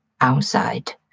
outside